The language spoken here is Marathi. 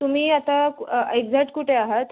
तुम्ही आता एक्झॅक्ट कुठे आहात